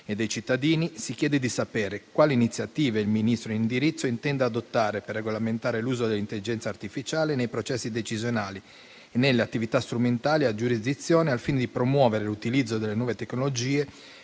e dei cittadini, si chiede di sapere quali iniziative il Ministro in indirizzo intenda adottare per regolamentare l'uso dell'intelligenza artificiale nei processi decisionali e nelle attività strumentali della giurisdizione, al fine di promuovere l'utilizzo delle nuove tecnologie